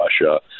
Russia